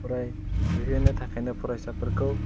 फराय होहोनो थाखायनो फरायसाफोरखौ